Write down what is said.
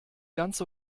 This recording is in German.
ganz